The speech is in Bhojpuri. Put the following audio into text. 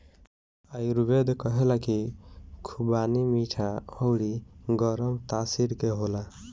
आयुर्वेद कहेला की खुबानी मीठा अउरी गरम तासीर के होला